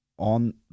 on